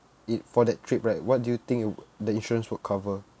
it for that trip right what do you think the insurance would cover